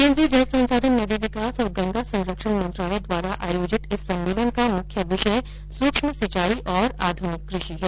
केन्द्रीय जल संसाधन नदी विकास और गंगा संरक्षण मंत्रालय द्वारा आयोजित इस सम्मेलन का मुख्य विषय सुक्ष्म सिंचाई और आधनिक कृषि है